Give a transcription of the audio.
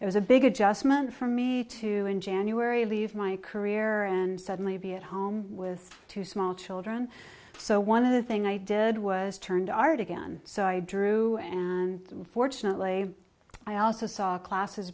it was a big adjustment for me to in january leave my career and suddenly be at home with two small children so one of the thing i did was turn to art again so i drew and unfortunately i also saw classes